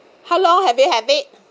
how long have you have it